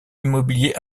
immobilier